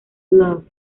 love